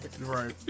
Right